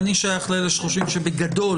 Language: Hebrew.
אני שייך לאלה שחושבים שבגדול,